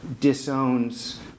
disowns